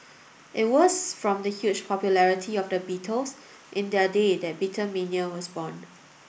it was from the huge popularity of the Beatles in their day that Beatlemania was born